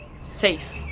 safe